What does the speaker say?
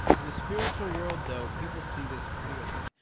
in the spiritual world, though, people see this clearly.